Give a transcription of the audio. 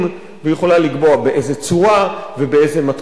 ויכולה לקבוע באיזה צורה ובאיזה מתכונת.